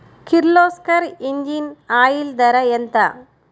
Kirloskar engine oil ధర ఎంత?